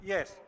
Yes